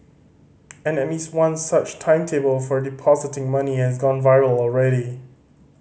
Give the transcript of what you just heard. and at least one such timetable for depositing money has gone viral already